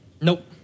Nope